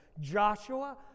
joshua